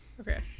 Okay